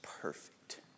perfect